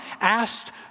asked